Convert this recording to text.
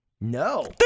No